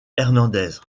hernández